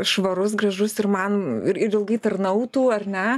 švarus gražus ir man ir ir ilgai tarnautų ar ne